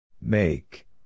Make